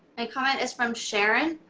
my comment is from sharon.